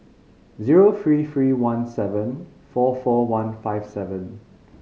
zero three three one seven four four one five seven